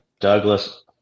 douglas